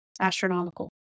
astronomical